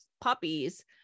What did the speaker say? puppies